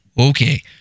okay